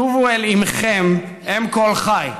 שובו אל אימכם, אם כל חי.